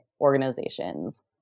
organizations